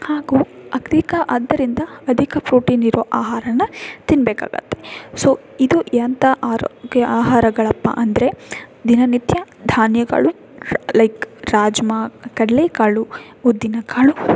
ಹಾಗೂ ಆದ್ದರಿಂದ ಅಧಿಕ ಪ್ರೋಟೀನ್ ಇರೋ ಆಹಾರನ ತಿನ್ನಬೇಕಾಗತ್ತೆ ಸೊ ಇದು ಎಂಥ ಆರೋಗ್ಯ ಆಹಾರಗಳಪ್ಪ ಅಂದರೆ ದಿನನಿತ್ಯ ಧಾನ್ಯಗಳು ಲೈಕ್ ರಾಜ್ಮಾ ಕಡಲೆಕಾಳು ಉದ್ದಿನಕಾಳು